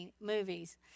movies